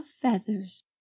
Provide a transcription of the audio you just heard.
feathers